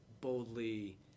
boldly